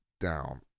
down